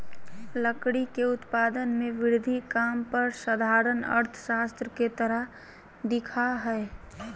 लकड़ी के उत्पादन में वृद्धि काम पर साधारण अर्थशास्त्र के तरह दिखा हइ